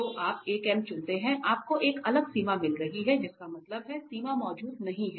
तो आप एक m चुनते हैं आपको एक अलग सीमा मिल रही है जिसका मतलब है सीमा मौजूद नहीं है